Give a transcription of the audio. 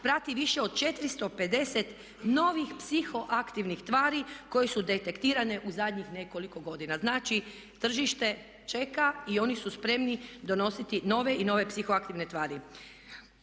prati više od 450 novih psihoaktivnih tvari koje su detektirane u zadnjih nekoliko godina. Znači tržište čeka i oni su spremni donositi nove i nove psihoaktivne tvari.